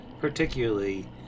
particularly